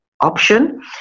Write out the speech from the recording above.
option